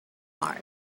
hard